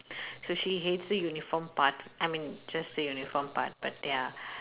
so she hates the uniform part I mean just the uniform part but ya